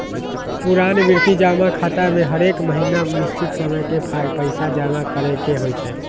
पुरनावृति जमा खता में हरेक महीन्ना निश्चित समय के पइसा जमा करेके होइ छै